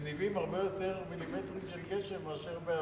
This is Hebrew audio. מניבים הרבה יותר מילימטרים של גשם מאשר בעבר,